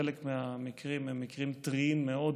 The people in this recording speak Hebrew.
חלק מהמקרים הם מקרים טריים מאוד,